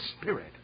Spirit